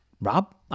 Rob